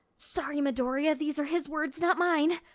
sorry midoriya, these are his words not mine,